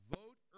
vote